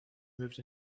moved